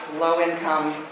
low-income